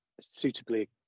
suitably